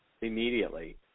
immediately